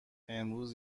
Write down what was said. امروز